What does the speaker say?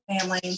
family